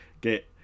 get